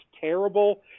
terrible